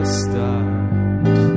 start